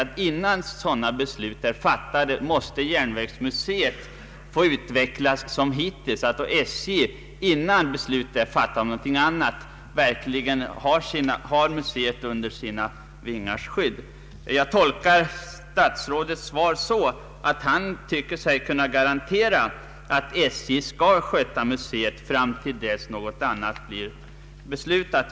Men innan ett sådant beslut fattas måste järnvägsmuseet få utvecklas som hittills, så att SJ fortfarande har museet under sina vingars skydd. Jag tolkar statsrådets svar så att han tror sig kunna garantera att SJ skall sköta museet fram till dess något annat beslutas.